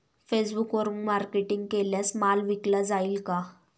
फेसबुकवरुन मार्केटिंग केल्यास माल विकला जाईल का?